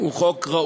הוא חוק ראוי,